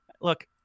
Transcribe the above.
Look